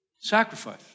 Sacrifice